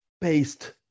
paste